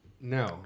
No